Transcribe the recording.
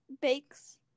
bakes